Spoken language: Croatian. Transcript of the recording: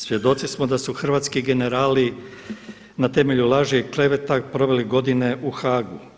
Svjedoci smo da su hrvatski generali na temelju laži i kleveta proveli godine u Hagu.